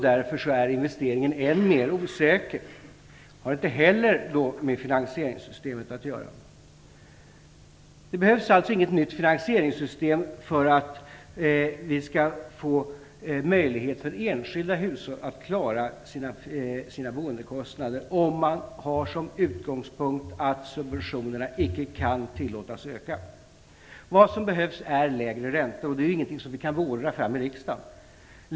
Därför är investeringen än mer osäker. Det har inte heller något med finansieringssystemet att göra. Det behövs således inget nytt finansieringssystem för att enskilda hushåll skall få en möjlighet att klara sina boendekostnader, om man har som utgångspunkt att subventionerna icke kan tillåtas öka. Vad som behövs är lägre räntor, och det är ingenting som vi kan beordra fram i riksdagen.